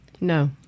No